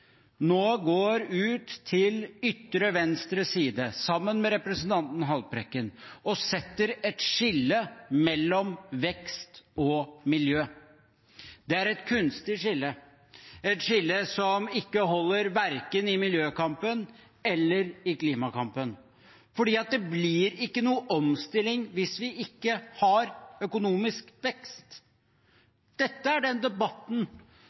går nå ut til ytre venstreside, sammen med representanten Haltbrekken, og setter et skille mellom vekst og miljø. Det er et kunstig skille, et skille som ikke holder verken i miljøkampen eller i klimakampen, for det blir ikke noe omstilling hvis vi ikke har økonomisk vekst. Dette er den debatten